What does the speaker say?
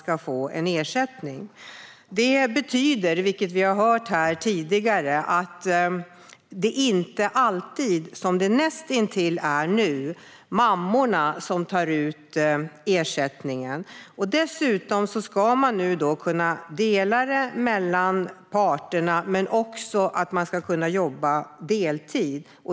Som vi har hört här tidigare betyder detta att det inte alltid, som det näst intill är nu, blir mammorna som tar ut ersättningen. Utöver att man kan dela ersättningen mellan parterna ska man nu kunna jobba deltid.